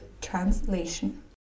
translation